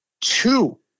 two